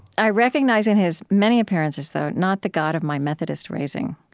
i recognize in his many appearances, though, not the god of my methodist raising,